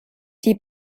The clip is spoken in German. die